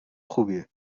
خوبیه